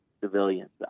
civilians